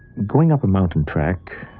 going up a mountain track,